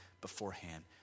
beforehand